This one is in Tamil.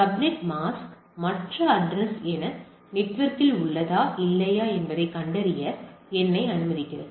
சப்நெட் மாஸ்க் மற்ற அட்ரஸ் எனது நெட்வொர்க்கில் உள்ளதா இல்லையா என்பதைக் கண்டறிய அனுமதிக்கிறது